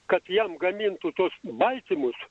kad jam gamintų tuos baltymus